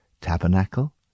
Tabernacle